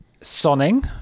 Sonning